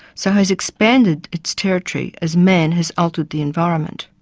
so has expanded its territory as man has altered the environment.